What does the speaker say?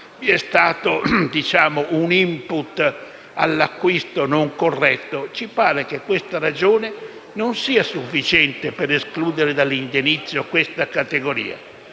vi è stato un input all'acquisto, diciamo non corretto, ci pare che questa ragione non sia sufficiente per escludere dall'indennizzo questa categoria.